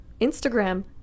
Instagram